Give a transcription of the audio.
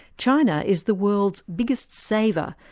china is the world's biggest saver,